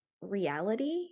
reality